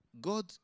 God